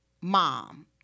mom